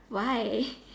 why